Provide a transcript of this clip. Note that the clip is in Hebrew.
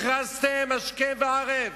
הכרזתם השכם והערב